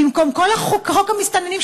במקום כל חוק המסתננים,